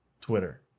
Twitter